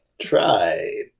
try